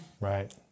Right